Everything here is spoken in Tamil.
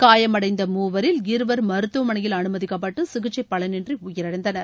காயமடைந்த மூவரில் இருவர் மருத்துவமனையில் அனுமதிக்கப்பட்டு சிகிச்சை பலனின்றி உயிரிழந்தனர்